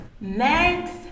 Next